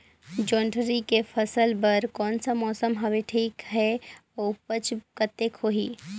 जोंदरी के फसल बर कोन सा मौसम हवे ठीक हे अउर ऊपज कतेक होही?